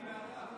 ז' באדר.